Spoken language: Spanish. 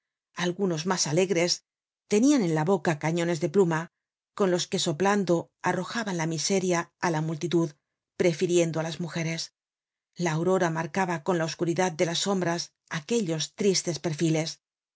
tenebrosa algunos'mas alegres tenian en la boca cañones de pluma con los que soplando arrojaban la miseria á la multitud prefiriendo á las mujeres la aurora marcaba con la oscuridad de las sombras aquellos tristes perfiles